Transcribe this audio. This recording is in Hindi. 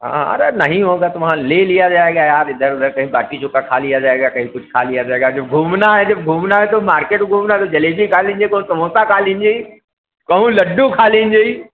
हाँ अरे नहीं होगा तो वहाँ ले लिया जाएगा यार इधर उधर कहीं बाटी चौखा खा लिया जाएगा कहीं कुछ खा लिया जाएगा जब घूमना है जब घूमना है तो मार्केट घूमना है तो जलेबी खा लेंगे कहूँ समोसा खा लेंगे कहूँ लड्डू खा लेंगे